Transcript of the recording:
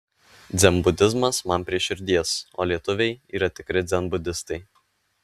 dzenbudizmas man prie širdies o lietuviai yra tikri dzenbudistai